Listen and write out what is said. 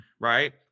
right